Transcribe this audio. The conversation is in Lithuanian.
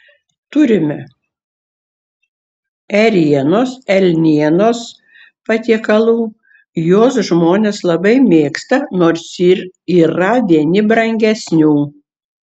turime ėrienos elnienos patiekalų juos žmonės labai mėgsta nors ir yra vieni brangesnių